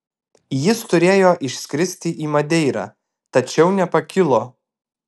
jis turėjo išskristi į madeirą tačiau nepakilo